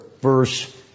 verse